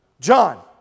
John